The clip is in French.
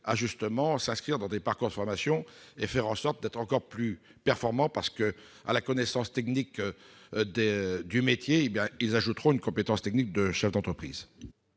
à s'inscrire dans des parcours de formation et à faire en sorte d'être encore plus performants, en ajoutant à la connaissance technique du métier une compétence technique de chef d'entreprise.